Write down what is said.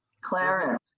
Clarence